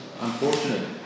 unfortunately